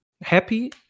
happy